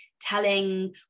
telling